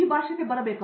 professor V